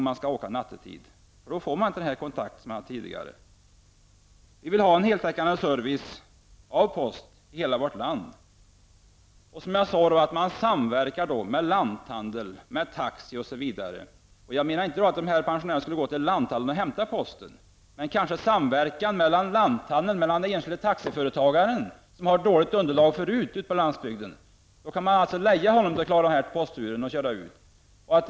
Då finns inte längre möjligheter till den kontakt som jag tidigare har talat om. Vi vill ha en heltäckande service av posten över hela vårt land. Det skall vara en samverkan med lanthandlare, taxiföretag osv. Jag menar inte att pensionärerna för den skull skall ta sig till lanthandeln för att hämta sin post. I stället menar jag att det kunde finnas en samverkan mellan lanthandeln och det enskilda taxiföretaget, som har ett dåligt underlag på landsbygden. Då kan det vara bra att leja taxichauffören för att köra ut posten.